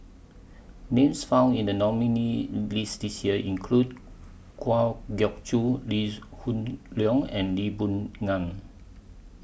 Names found in The nominees' list This Year include Kwa Geok Choo Lee Hoon Leong and Lee Boon Ngan